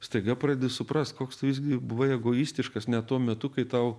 staiga pradedi suprast koks visgi buvo egoistiškas net tuo metu kai tau